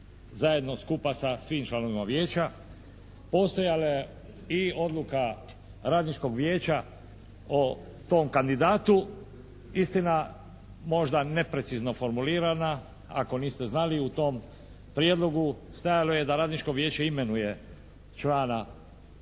zajedno, skupa sa svim članovima Vijeća. Postojala je i odluka Radničkog vijeća o tom kandidatu, istina možda neprecizno formulirana. Ako niste znali u tom prijedlogu stajalo je da Radničko vijeće imenuje člana,